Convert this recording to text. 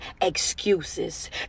excuses